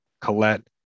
Colette